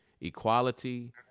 equality